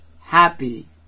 happy